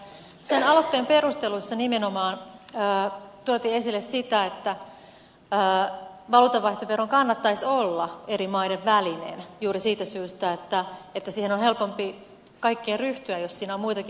sen aloitteen perusteluissa nimenomaan tuotiin esille sitä että valuutanvaihtovero kannattaisi olla eri maiden välinen juuri siitä syystä että siihen on helpompi kaikkien ryhtyä jos siinä on muitakin mukana